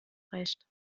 recht